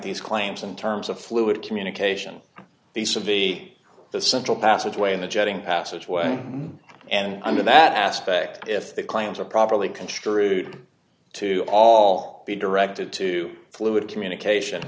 these claims in terms of fluid communication the savaii the central passageway in the jetting passageway and under that aspect if the claims are properly construed to all be directed to fluid communication